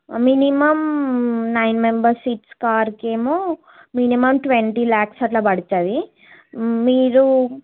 minimum nine members seats కార్కి ఏమో minimum twenty lakhs అలా పడుతుంది మీరు